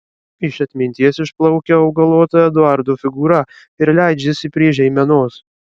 iš atminties išplaukia augalota eduardo figūra ir leidžiasi prie žeimenos